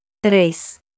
Tres